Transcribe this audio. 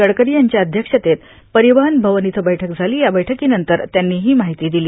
गडकरी यांच्या अध्यक्षतेत परिवहन भवन इथं बैठक झाली या बैठकीनंतर त्यांनी ही माहिती दिली